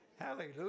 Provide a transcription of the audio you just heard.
Hallelujah